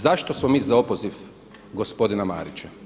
Zašto smo mi za opoziv gospodina Marića?